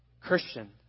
Christian